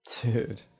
Dude